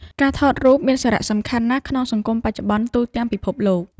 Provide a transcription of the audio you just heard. ការថតរូបមានសារ:សំខាន់ណាស់ក្នុងសង្គមបច្ចុប្បន្នទូទាំងពិភពលោក។